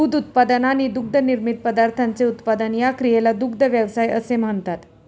दूध उत्पादन आणि दुग्धनिर्मित पदार्थांचे उत्पादन या क्रियेला दुग्ध व्यवसाय असे म्हणतात